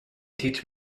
teach